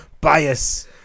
bias